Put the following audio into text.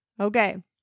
Okay